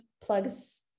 plugs